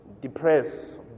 depressed